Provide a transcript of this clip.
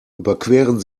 überqueren